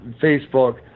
Facebook